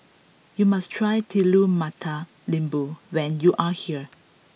you must try Telur Mata Lembu when you are here